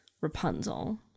Rapunzel